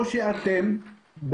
או שאתם,